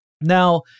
Now